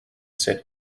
sit